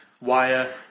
wire